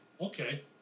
Okay